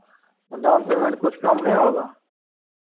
तो down payment कुछ कम नहीं होगा